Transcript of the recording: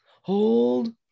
hold